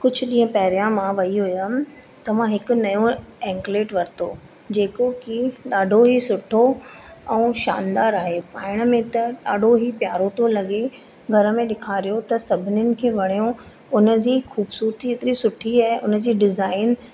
कुझु ॾींहं पंहिरां मां वई हुयमि त मां हिक एंकलेट वरितो जेको की ॾाढो ई सुठो ऐं शानदार आहे पाइण में त ॾाढो ई प्यारो थो लॻे घर में ॾेखारियो त सभिनीनि खे वणियो उनजी खूबसूरती एतिरी सुठी आहे उनजी डिज़ाइन